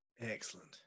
Excellent